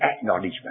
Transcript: acknowledgement